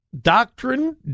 doctrine